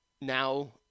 now